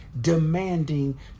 demanding